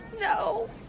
No